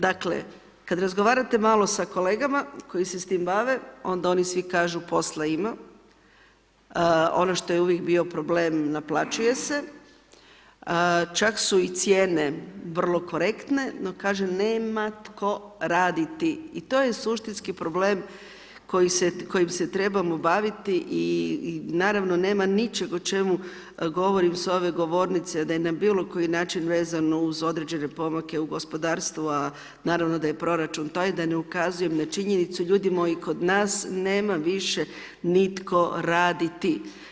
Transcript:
Dakle, kad razgovarate malo sa kolegama koji se s tim bave, onda oni svi kažu posla ima, ono što je uvijek bio problem, naplaćuje se, čak su i cijene vrlo korektne, no kaže nema tko raditi, i to je suštinski problem koji se, kojim se trebamo baviti i naravno, nema ničeg o čemu govorim s ove govornice da je na bilo koji način vezano uz određene pomake u gospodarstvu, a naravno da je proračun taj, da ne ukazujem na činjenicu, ljudi moji, kod nas nema više nitko raditi.